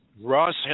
Ross